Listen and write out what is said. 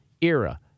era